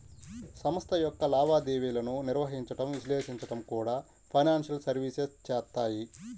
సంస్థ యొక్క లావాదేవీలను నిర్వహించడం, విశ్లేషించడం కూడా ఫైనాన్షియల్ సర్వీసెస్ చేత్తాయి